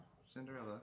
cinderella